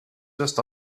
just